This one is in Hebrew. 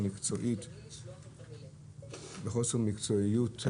בחוסר מקצועיות,